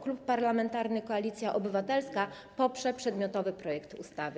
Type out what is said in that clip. Klub Parlamentarny Koalicja Obywatelska poprze przedmiotowy projekt ustawy.